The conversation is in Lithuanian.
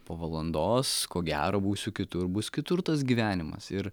po valandos ko gero būsiu kitur bus kitur tas gyvenimas ir